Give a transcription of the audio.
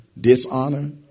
dishonor